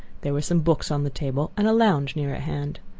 there were some books on the table and a lounge near at hand.